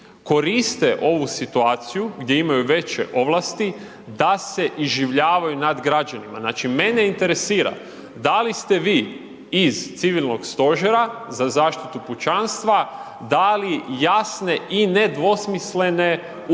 koriste ovu situaciju gdje imaju veće ovlasti da se iživljavaju nad građanima. Znači mene interesira da li ste vi iz Civilnog stožera za zaštitu pučanstva dali jasne i nedvosmislene upute